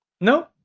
No